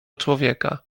człowieka